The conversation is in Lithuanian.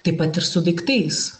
taip pat ir su daiktais